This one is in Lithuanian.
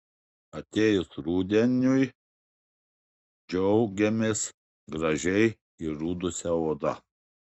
atėjus rudeniui džiaugiamės gražiai įrudusia oda